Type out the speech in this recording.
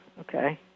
okay